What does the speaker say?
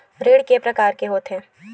ऋण के प्रकार के होथे?